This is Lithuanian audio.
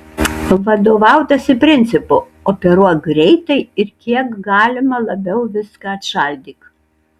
vadovautasi principu operuok greitai ir kiek galima labiau viską atšaldyk